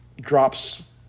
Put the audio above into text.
drops